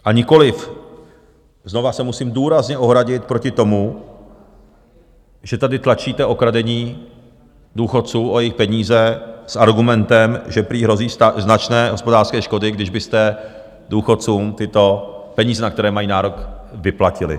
A nikoliv znova se musím důrazně ohradit proti tomu, že tady tlačíte okradení důchodců o jejich peníze s argumentem, že prý hrozí značné hospodářské škody, když byste důchodcům tyto peníze, na které mají nárok, vyplatili.